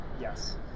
Yes